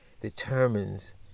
determines